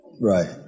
right